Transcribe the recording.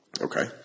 okay